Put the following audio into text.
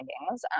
findings